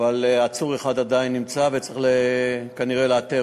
עצור אחד עדיין נמצא וצריך כנראה לאתר